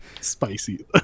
Spicy